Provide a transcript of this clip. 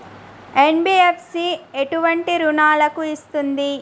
NBFC ఎటువంటి రుణాలను ఇస్తుంది?